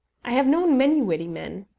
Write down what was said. i have known many witty men,